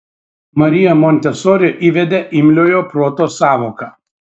marija montesori įvedė imliojo proto sąvoką